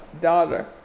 daughter